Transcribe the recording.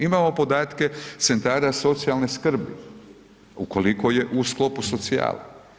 Imamo podatke centara socijalne skrbi, ukoliko je u sklopu socijale.